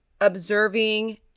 observing